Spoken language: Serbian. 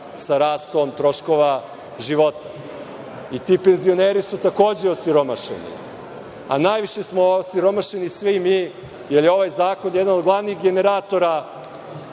sa rastom troškova života.I ti penzioneri su takođe osiromašeni, a najviše smo osiromašeni svi mi, jer je ovaj zakon jedan od glavnih generatora